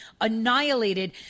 annihilated